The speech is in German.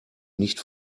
nicht